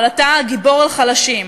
אבל אתה גיבור על חלשים,